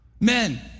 men